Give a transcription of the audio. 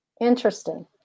Interesting